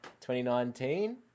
2019